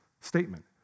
statement